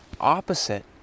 opposite